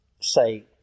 say